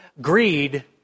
Greed